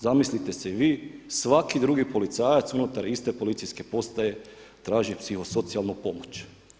Zamislite si vi svaki drugi policajac unutar iste policijske postaje traži psihosocijalnu pomoć.